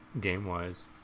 game-wise